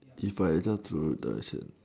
if I just adjust to the shirt